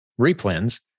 replans